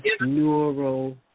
neural